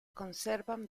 conservan